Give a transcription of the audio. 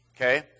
Okay